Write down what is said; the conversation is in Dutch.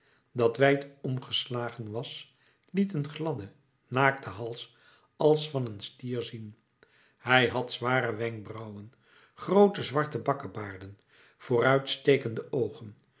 dat wijd omgeslagen was liet een gladden naakten hals als van een stier zien hij had zware wenkbrauwen groote zwarte bakkebaarden vooruitstekende oogen